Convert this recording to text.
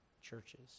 churches